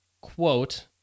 quote